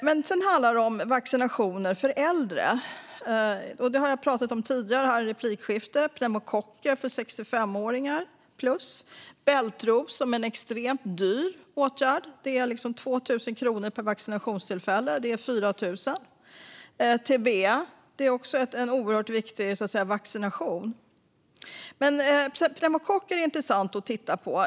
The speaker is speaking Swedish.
Men sedan har vi vaccinationer för äldre, som jag har pratat om tidigare här i replikskiftet: pneumokocker för personer som är 65 plus, bältros, som är en extremt dyr åtgärd - 2 000 kronor per vaccinationstillfälle, vilket gör 4 000 - och TBE, som också är en oerhört viktig vaccination. Pneumokocker är intressant att titta på.